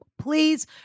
please